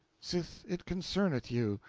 sith it concerneth you,